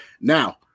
Now